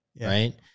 Right